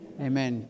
Amen